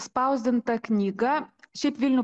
spausdinta knyga šiaip vilnių